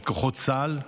את כוחות צה"ל,